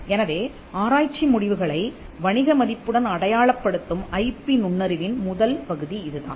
எனவே ஆராய்ச்சி முடிவுகளை வணிக மதிப்புடன் அடையாளப்படுத்தும் ஐபி நுண்ணறிவின் முதல் பகுதி இதுதான்